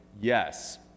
yes